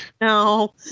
No